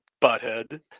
butthead